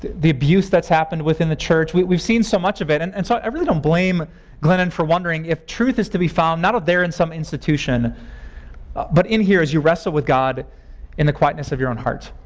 the abuse that's happened within the church we've seen so much of it and and so, i really don't blame glennon for wondering if truth is to be found not out there in some institution but in here as you wrestle with god in the quietness of your own heart.